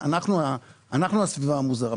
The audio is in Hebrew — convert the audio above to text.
אנחנו הסביבה המוזרה.